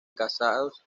casados